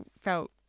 felt